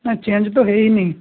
ନାହିଁ ଚେଞ୍ଜ ତ ହେଇନି